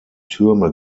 türme